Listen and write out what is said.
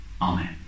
amen